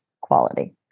quality